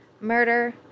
murder